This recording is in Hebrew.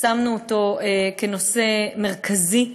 שמנו אותו כנושא מרכזי.